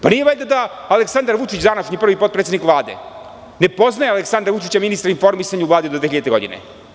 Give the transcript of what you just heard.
Pa nije valjda da Aleksandar Vučić, današnji prvi potpredsednik Vlade ne poznaje Aleksandra Vučića, ministra informisanja u Vladi do 2000. godine.